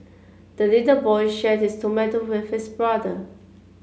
the little boy shared his tomato with his brother